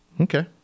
Okay